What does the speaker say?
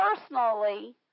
Personally